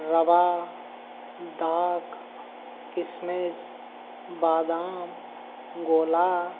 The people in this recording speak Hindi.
रवा दाक किसमिस बादाम गोला